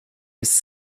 his